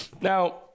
Now